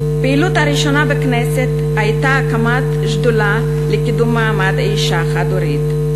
והפעילות הראשונה בכנסת הייתה הקמת שדולה לקידום מעמד האישה החד-הורית.